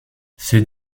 ces